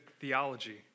theology